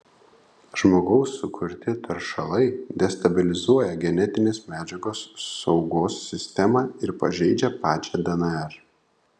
žmogaus sukurti taršalai destabilizuoja genetinės medžiagos saugos sistemą ir pažeidžia pačią dnr